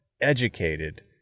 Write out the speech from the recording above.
educated